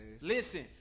Listen